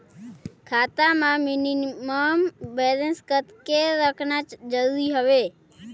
खाता मां minimum balance कतेक रखना जरूरी हवय?